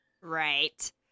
Right